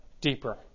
deeper